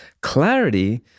Clarity